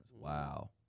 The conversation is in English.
Wow